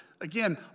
Again